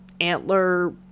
antler